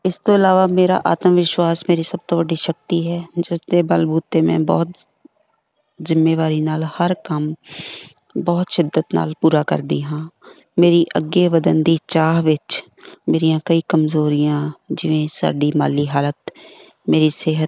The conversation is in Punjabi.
ਇਸ ਤੋਂ ਇਲਾਵਾ ਮੇਰਾ ਆਤਮ ਵਿਸ਼ਵਾਸ ਮੇਰੀ ਸਭ ਤੋਂ ਵੱਡੀ ਸ਼ਕਤੀ ਹੈ ਜਿਸ ਦੇ ਬਲਬੂਤੇ ਮੈਂ ਬਹੁਤ ਜ਼ਿੰਮੇਵਾਰੀ ਨਾਲ ਹਰ ਕੰਮ ਬਹੁਤ ਸ਼ਿੱਦਤ ਨਾਲ ਪੂਰਾ ਕਰਦੀ ਹਾਂ ਮੇਰੀ ਅੱਗੇ ਵਧਣ ਦੀ ਚਾਹ ਵਿੱਚ ਮੇਰੀਆਂ ਕਈ ਕਮਜ਼ੋਰੀਆਂ ਜਿਵੇਂ ਸਾਡੀ ਮਾਲੀ ਹਾਲਤ ਮੇਰੀ ਸਿਹਤ